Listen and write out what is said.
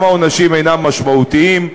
גם העונשים אינם משמעותיים,